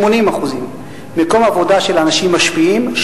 80%; מקום עבודה של אנשים משפיעים,